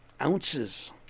ounces